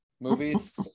movies